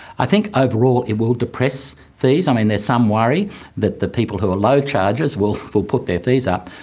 i think overall it will depress fees. um and there's some worry that the people who are low chargers will will put their fees up.